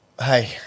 hey